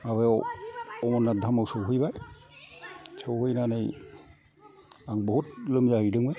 माबायाव अमरनाथ धामयाव सहैबाय सौहैनानै आं बहुद लोमजा हैदोंमोन